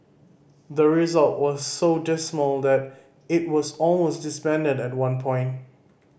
the result were so dismal that it was almost disbanded at one point